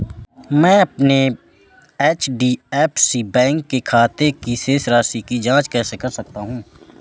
मैं अपने एच.डी.एफ.सी बैंक के खाते की शेष राशि की जाँच कैसे कर सकता हूँ?